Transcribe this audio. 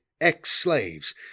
ex-slaves